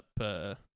up